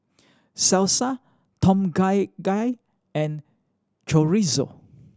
Salsa Tom Kha Gai and Chorizo